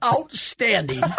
Outstanding